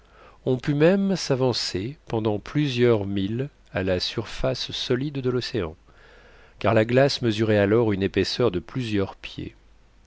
on put même s'avancer pendant plusieurs milles à la surface solide de l'océan car la glace mesurait alors une épaisseur de plusieurs pieds